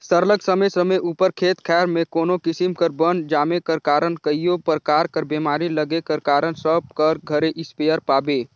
सरलग समे समे उपर खेत खाएर में कोनो किसिम कर बन जामे कर कारन कइयो परकार कर बेमारी लगे कर कारन सब कर घरे इस्पेयर पाबे